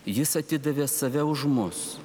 jis atidavė save už mus